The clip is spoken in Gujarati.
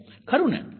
ખરુંને